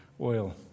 Oil